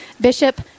Bishop